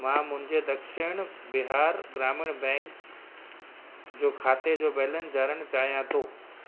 मां मुंहिंजे दक्षिण बिहार ग्रामीण बैंक जो खाते जो बैलेंस ॼाणणु चाहियां थो